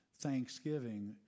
thanksgiving